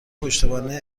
پشتوانه